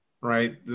right